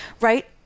right